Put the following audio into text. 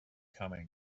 coming